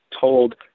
told